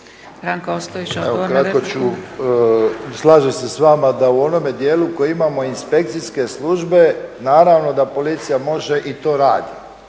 kratko ću, slažem se s vama da u onome dijelu koji imamo inspekcijske službe, naravno da policija može i to radit.